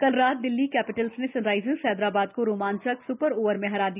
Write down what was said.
कल रात दिल्ली कैपिटल्स ने सनराईजर्स हैदराबाद को रोमांचक स्पर ओवर में हरा दिया